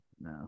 No